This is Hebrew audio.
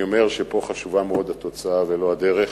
אני אומר שפה חשובה מאוד התוצאה ולא הדרך,